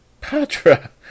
Patra